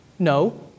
No